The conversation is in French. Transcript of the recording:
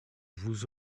vous